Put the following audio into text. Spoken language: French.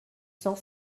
cent